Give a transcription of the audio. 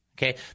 Okay